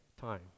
time